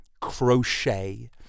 crochet